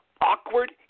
awkward